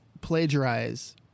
plagiarize